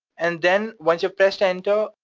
and then once you've pressed enter,